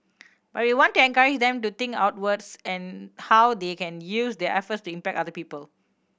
but we want to encourage them to think outwards and how they can use their efforts to impact other people